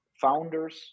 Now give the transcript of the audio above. founders